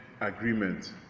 agreement